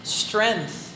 strength